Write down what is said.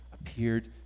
appeared